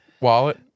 wallet